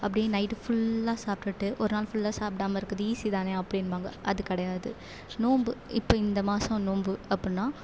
அப்படியே நைட்டு ஃபுல்லா சாப்பிட்டுட்டு ஒரு நாள் ஃபுல்லாக சாப்பிடாம இருக்கிறது ஈஸி தானே அப்படின்பாங்க அது கிடையாது நோன்பு இப்போ இந்த மாசம் நோன்பு அப்படின்னா